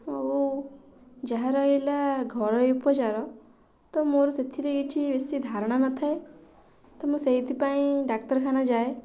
ଆଉ ଯାହା ରହିଲା ଘରୋଇ ଉପଚାର ତ ମୋର ସେଥିରେ ବେଶି ଧାରଣା ନଥାଏ ତ ମୁଁ ସେଥିପାଇଁ ଡାକ୍ତରଖାନା ଯାଏ